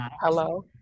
Hello